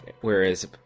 Whereas